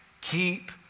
keep